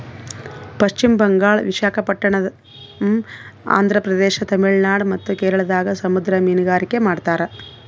ಪಶ್ಚಿಮ್ ಬಂಗಾಳ್, ವಿಶಾಖಪಟ್ಟಣಮ್, ಆಂಧ್ರ ಪ್ರದೇಶ, ತಮಿಳುನಾಡ್ ಮತ್ತ್ ಕೇರಳದಾಗ್ ಸಮುದ್ರ ಮೀನ್ಗಾರಿಕೆ ಮಾಡ್ತಾರ